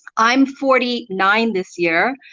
i'm forty nine this year,